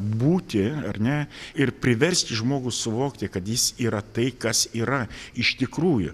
būtį ar ne ir priversti žmogų suvokti kad jis yra tai kas yra iš tikrųjų